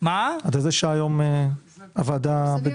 זה דיון ראשון.